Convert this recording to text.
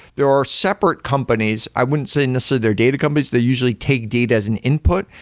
there are separate companies, i wouldn't say necessarily they're data companies. they usually take data as an input,